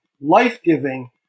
life-giving